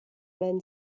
been